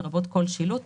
לרבות כל שילוט,